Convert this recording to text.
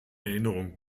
erinnerung